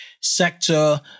sector